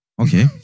Okay